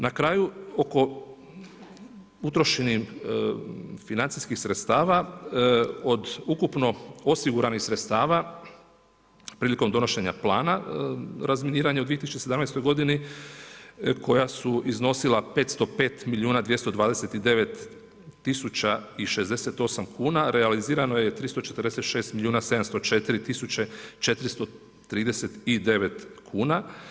Na kraju oko utrošenih financijskih sredstava, od ukupno osiguranih sredstava prilikom donošenja plana razminiranja u 2017. godini, koja su iznosila 505 milijuna 229 tisuća i 68 kuna, realizirano je 346 milijuna 704 tisuće 439 kuna.